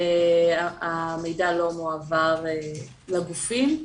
המידע לא מועבר לגופים.